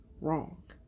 wrong